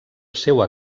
seua